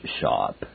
shop